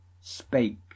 Spake